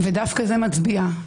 דווקא זה מצביע,